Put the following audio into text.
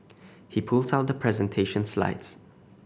he pulls out the presentation slides